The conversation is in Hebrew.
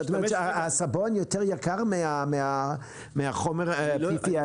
זאת אומרת שהסבון יותר יקר מהחומר PFAS?